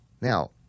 Now